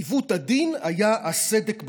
עיוות הדין היה הסדק בסכר,